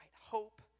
Hope